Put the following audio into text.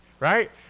right